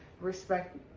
respect